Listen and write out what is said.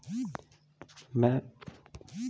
मैं मोबाइल से अपना लेन लेन देन कैसे जान सकता हूँ?